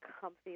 comfy